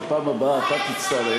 בפעם הבא אתה תצטרך.